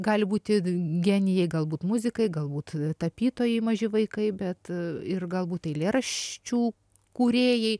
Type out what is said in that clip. gali būti genijai galbūt muzikai galbūt tapytojai maži vaikai bet ir galbūt eilėraščių kūrėjai